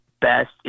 best